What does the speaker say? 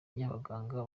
y’abaganga